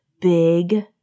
Big